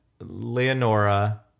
Leonora